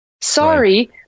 Sorry